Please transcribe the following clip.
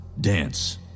dance